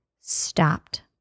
stopped